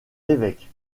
évêque